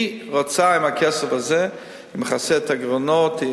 היא רוצה עם הכסף הזה לכסות גירעונות,